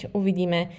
uvidíme